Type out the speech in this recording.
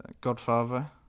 Godfather